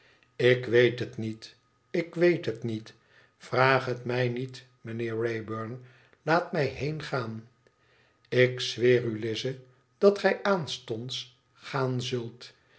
ik weet het niet ik weet het niet vraag het mij niet mijnheer wraybum laat mij heengaan ik zweer u lize dat gij aanstonds gaan zult